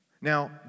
Now